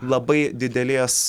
labai didelės